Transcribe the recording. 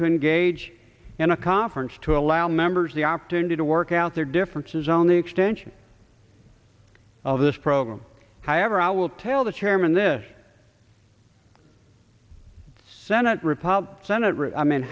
to engage in a conference to allow members the opportunity to work out their differences on the extension of this program however i will tell the chairman this senate republican senate